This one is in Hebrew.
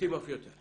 לעיתים אף יותר.